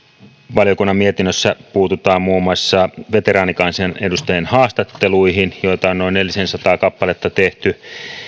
valiokunnan mietinnössä puututaan muun muassa veteraanikansanedustajien haastatteluihin joita on on nelisensataa kappaletta tehty